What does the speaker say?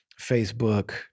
Facebook